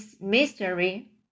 mystery